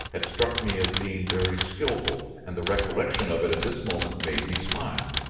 had struck me as being very skilful and the recollection of it at this moment made me smile.